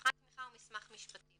מבחן תמיכה הוא מסמך משפטי.